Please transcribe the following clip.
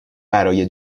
برای